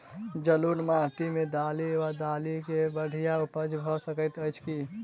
जलोढ़ माटि मे दालि वा दालि केँ बढ़िया उपज भऽ सकैत अछि की?